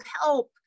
help